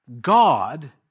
God